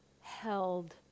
held